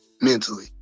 mentally